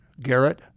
Garrett